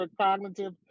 cognitive